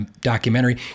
documentary